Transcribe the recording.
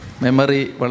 Memory